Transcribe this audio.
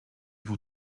vous